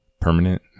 permanent